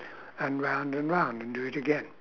and round and round and do it again